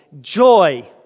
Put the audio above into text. joy